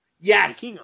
Yes